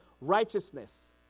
righteousness